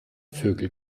vögel